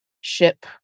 ship